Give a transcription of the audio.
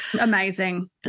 Amazing